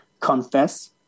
Confess